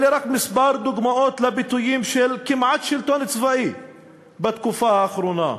אלה רק כמה דוגמאות לביטויים של כמעט שלטון צבאי בתקופה האחרונה.